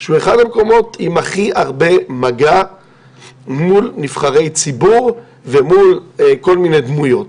שהוא אחד המקומות עם הכי הרבה מגע מול נבחרי ציבור ומול כל מיני דמויות.